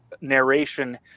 narration